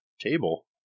table